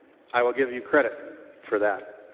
i will give you credit for that.